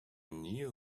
knew